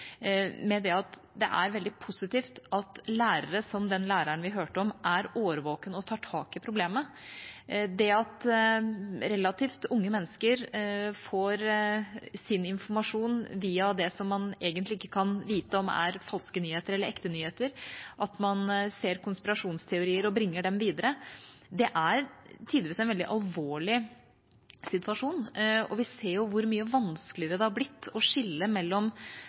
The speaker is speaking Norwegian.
med at det er veldig positivt at lærere – som den læreren vi hørte om – er årvåkne og tar tak i problemet. Det at relativt unge mennesker får sin informasjon via det som man egentlig ikke kan vite om er falske nyheter eller ekte nyheter, at man ser konspirasjonsteorier og bringer dem videre, er tidvis en veldig alvorlig situasjon. Vi ser jo hvor mye vanskeligere det har blitt å skille